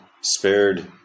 spared